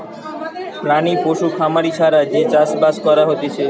প্রাণী পশু খামারি ছাড়া যে চাষ বাস করা হতিছে